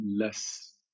less